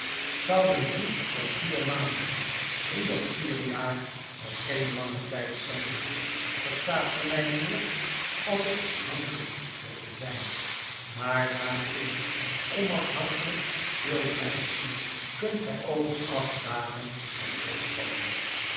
zouden drie of vier maanden drie of vier jaar nog geen lange tijd zijn verstaat gij mij mijnheer als ik afhankelijk wilde zijn maar daar ik onafhankelijk wil blijven kunt gij over acht dagen terugkomen